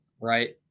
right